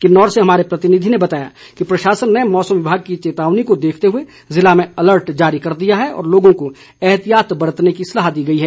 किन्नौर से हमारे प्रतिनिधि ने बताया है कि प्रशासन ने मौसम विभाग की चेतावनी को देखते हुए जिले में अलर्ट जारी कर दिया है और लोगों को एहतियात बरतने की सलाह दी गई है